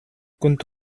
كنت